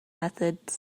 methods